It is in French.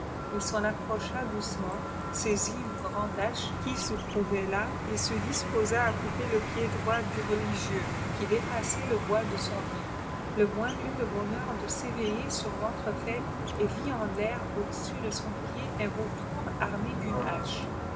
il s'en approcha doucement saisi une grande hache qui se trouvait là et se disposa à couper le pied droit du religieux qui dépassait le bois de son lit le moine eut le bonheur de s'évéiller sur l'entrefaite et vit en l'air au-dessus de son pied un vautour armé d'une